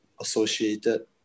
associated